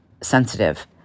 sensitive